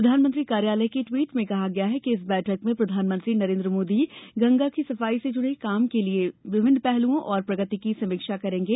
प्रधानमंत्री कार्यालय के ट्वीट में कहा गया है कि इस बैठक में प्रधानमंत्री नरेन्द्र मोदी गंगा की सफाई से जुड़े काम के विभिन्न पहलुओं और प्रगति की समीक्षा करेंगे